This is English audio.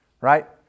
Right